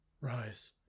Rise